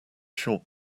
short